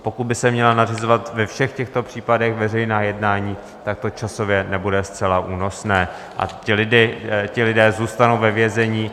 Pokud by se měla nařizovat ve všech těchto případech veřejná jednání, tak to časově nebude zcela únosné a ti lidé zůstanou ve vězení.